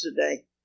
today